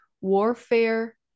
warfare